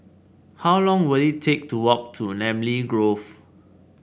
how long will it take to walk to Namly Grove